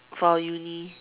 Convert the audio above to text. for our uni